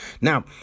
Now